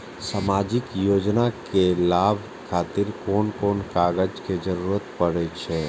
सामाजिक योजना के लाभक खातिर कोन कोन कागज के जरुरत परै छै?